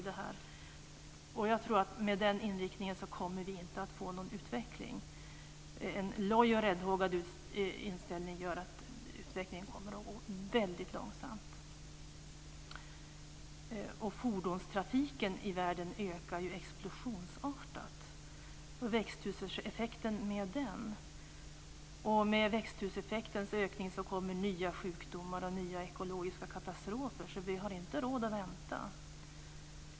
Med de ambitionerna och den inriktningen kommer vi inte att få någon utveckling. En loj och räddhågad inställning gör att utvecklingen kommer att gå mycket långsamt. Fordonstrafiken i världen ökar explosionsartat och växthuseffekten med den. Med växthuseffektens ökning kommer nya sjukdomar och nya ekologiska katastrofer, så vi har inte råd att vänta.